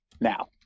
now